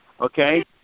okay